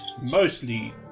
mostly